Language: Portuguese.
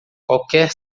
qualquer